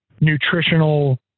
nutritional